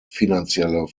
finanzielle